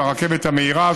ועם הרכבת המהירה,